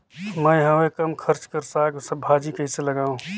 मैं हवे कम खर्च कर साग भाजी कइसे लगाव?